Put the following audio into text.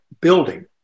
Building